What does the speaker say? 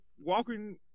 walking